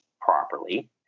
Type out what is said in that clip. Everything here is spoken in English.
properly